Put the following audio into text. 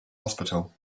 hospital